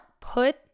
put